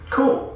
Cool